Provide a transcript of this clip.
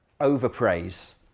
overpraise